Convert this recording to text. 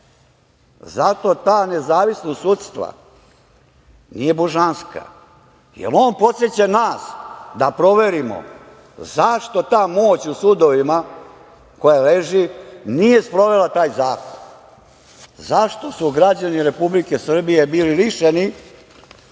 ta nezavisnost sudstva nije božanska, jer on podseća nas da proverimo zašto ta moć u sudovima koja leži nije sprovela taj zakon, zašto su građani Republike Srbije bili lišeni